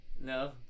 No